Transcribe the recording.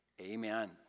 Amen